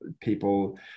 people